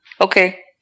okay